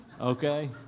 okay